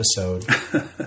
episode